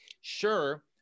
sure